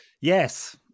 Yes